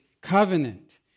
covenant